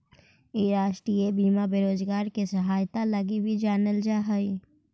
इ राष्ट्रीय बीमा बेरोजगार के सहायता लगी भी जानल जा हई